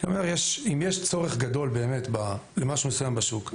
אני אומר, אם יש צורך גדול באמת למשהו מסוים בשוק,